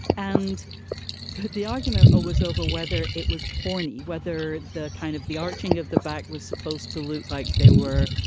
and the the argument was over whether it was porny whether the kind of the arching of the back was supposed to look like they were,